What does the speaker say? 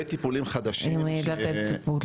מרפאת אפילפסיה מה שקורה בפריפריה,